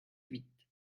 huit